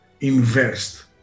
invest